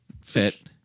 fit